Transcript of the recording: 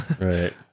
Right